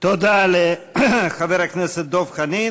תודה לחבר הכנסת דב חנין.